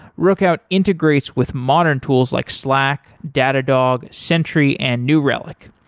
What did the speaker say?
rookout integrates with modern tools like slack, datadog, sentry and new relic.